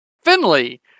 Finley